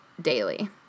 daily